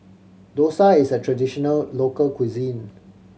dosa is a traditional local cuisine